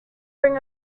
bring